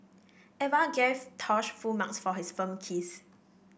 Eva gave Tosh full marks for his film kiss